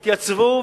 יתייצבו,